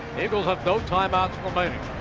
eagles have no timeouts remaining.